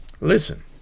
Listen